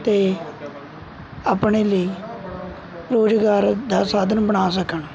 ਅਤੇ ਆਪਣੇ ਲਈ ਰੁਜ਼ਗਾਰ ਦਾ ਸਾਧਨ ਬਣਾ ਸਕਣ